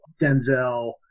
Denzel